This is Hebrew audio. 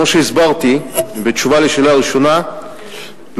כמו שהסברתי בתשובה על השאלה הראשונה,